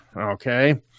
Okay